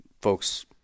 folks